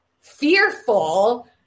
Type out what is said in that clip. fearful